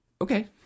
okay